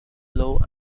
low